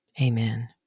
amen